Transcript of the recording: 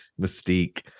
Mystique